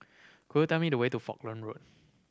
could you tell me the way to Falkland Road